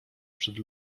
przed